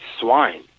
swine